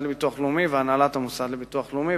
לביטוח לאומי והנהלת המוסד לביטוח הלאומי,